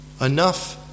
enough